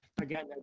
again